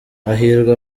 hahirwa